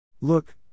Look